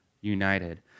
united